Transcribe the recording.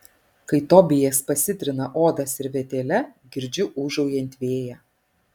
kai tobijas pasitrina odą servetėle girdžiu ūžaujant vėją